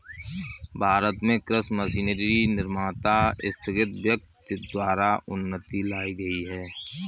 भारत में कृषि मशीनरी निर्माता स्थगित व्यक्ति द्वारा उन्नति लाई गई है